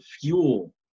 fuel